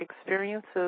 experiences